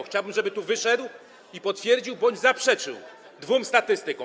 Chciałbym, żeby tu wyszedł i potwierdził bądź zaprzeczył dwóm statystykom.